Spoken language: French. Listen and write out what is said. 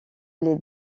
les